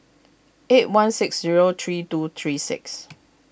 eight one six zero three two three six